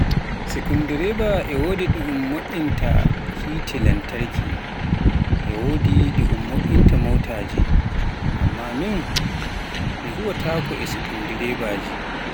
Sikundireba, e wode ɗi um moiinta heeti lantarkije e wodi ɗi um mo'inta motaaji, amma min mi huutortaako e sikundirebawaa